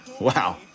Wow